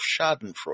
schadenfreude